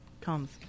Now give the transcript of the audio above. comes